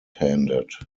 handed